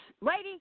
lady